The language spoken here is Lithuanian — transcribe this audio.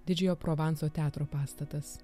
didžiojo provanso teatro pastatas